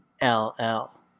L-L